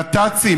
נת"צים,